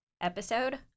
episode